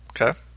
Okay